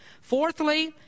Fourthly